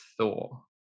Thor